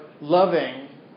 loving